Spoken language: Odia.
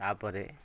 ତା'ପରେ